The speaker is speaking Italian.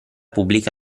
pubblica